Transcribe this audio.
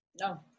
No